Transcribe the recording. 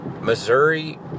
Missouri